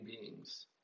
beings